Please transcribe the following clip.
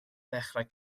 ddechrau